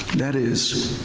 that is,